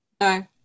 No